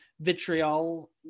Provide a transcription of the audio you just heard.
Vitriol